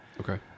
Okay